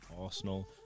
Arsenal